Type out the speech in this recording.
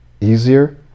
easier